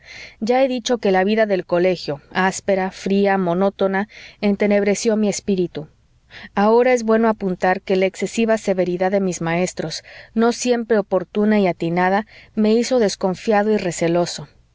ya he dicho que la vida del colegio áspera fría monótona entenebreció mi espíritu ahora es bueno apuntar que la excesiva severidad de mis maestros no siempre oportuna y atinada me hizo desconfiado y receloso